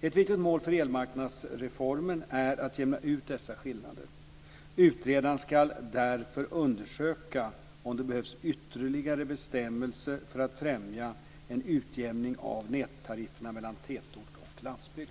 Ett viktigt mål för elmarknadsreformen är att jämna ut dessa skillnader. Utredaren ska därför undersöka om det behövs ytterligare bestämmelser för att främja en utjämning av nättarifferna mellan tätort och landsbygd.